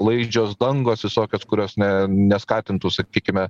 laidžios dangos visokios kurios ne neskatintų sakykime